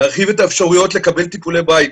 להרחיב את האפשרויות לקבל טיפולי בית.